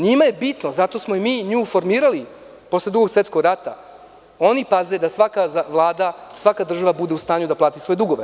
Njima je bitno, zato smo mi nju i formirali posle Drugog svetskog rata, oni paze da svaka država i svaka vlada bude u stanju da plati svoje dugove.